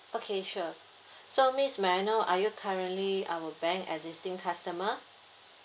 okay sure so miss may I know are you currently our bank existing customer